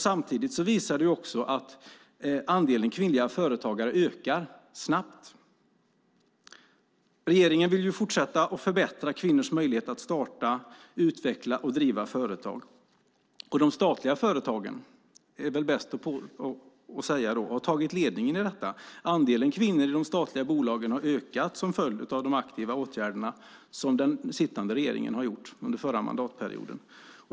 Samtidigt visar det också att andelen kvinnliga företagare ökar snabbt. Regeringen vill fortsätta att förbättra kvinnors möjligheter att starta, utveckla och driva företag. De statliga företagen har tagit ledningen i detta. Andelen kvinnor i de statliga bolagen har ökat som en följd av de åtgärder som den sittande regeringen har gjort under förra mandatperioden.